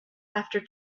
after